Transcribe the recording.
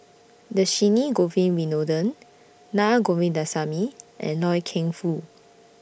Dhershini Govin Winodan Naa Govindasamy and Loy Keng Foo